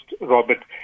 Robert